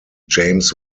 james